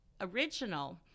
original